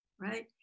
Right